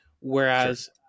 whereas